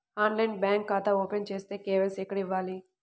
ఆన్లైన్లో బ్యాంకు ఖాతా ఓపెన్ చేస్తే, కే.వై.సి ఎక్కడ ఇవ్వాలి?